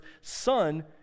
son